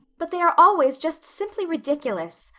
but they are always just simply ridiculous.